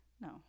No